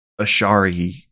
Ashari